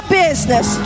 business